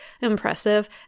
impressive